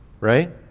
right